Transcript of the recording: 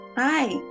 Hi